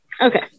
Okay